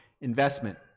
investment